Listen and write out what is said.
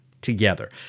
together